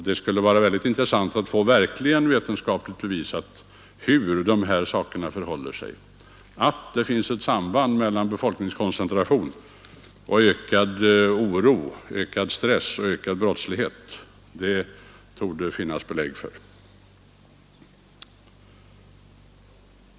Det skulle vara intressant att få vetenskapligt bevisat de exakta relationerna i detta fall. Att det finns ett samband mellan befolkningskoncentration, ökad oro, stress och brottslighet torde det finnas belägg för.